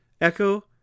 Echo